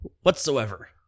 whatsoever